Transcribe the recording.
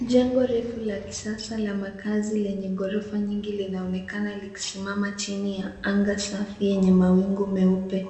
Jengo refu la kisasa la makaazi lenye ghorofa nyingi linaonekana likisimama chini ya anga safi yenye mawingu meupe.